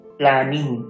planning